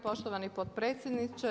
Poštovani potpredsjedniče.